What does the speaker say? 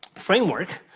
framework,